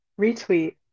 Retweet